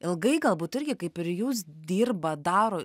ilgai galbūt irgi kaip ir jūs dirba daro